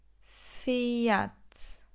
Fiat